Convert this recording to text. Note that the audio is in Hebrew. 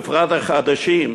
בפרט החדשים,